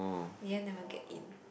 in the end never get in